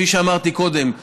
כפי שאמרתי קודם,